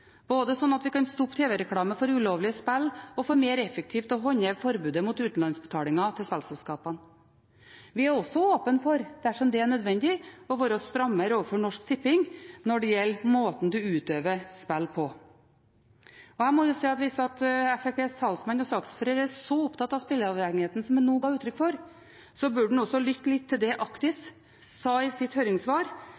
både slik at vi kan stoppe TV-reklame for ulovlige spill og for mer effektivt å håndheve forbudet mot utenlandsbetalingen til spillselskaper. Vi er også åpne for, dersom det er nødvendig, å være strammere overfor Norsk Tipping når det gjelder måten en utøver spill på. Hvis Fremskrittspartiet talsmann og saksordfører er så opptatt av spilleavhengigheten som han nå ga uttrykk for, burde han også lytte litt til det Actis sa i sitt høringssvar